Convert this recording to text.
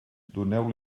doneu